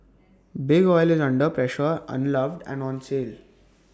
big oil is under pressure unloved and on sale